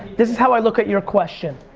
this is how i look at your question.